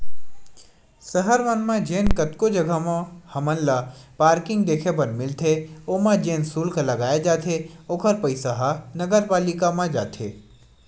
सहर मन म जेन कतको जघा म हमन ल पारकिंग देखे बर मिलथे ओमा जेन सुल्क लगाए जाथे ओखर पइसा ह नगरपालिका म जाथे